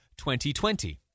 2020